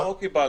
לא, לא קיבלתי.